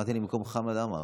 אמרת במקום חמד עמאר.